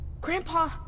Grandpa